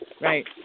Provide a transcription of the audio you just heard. Right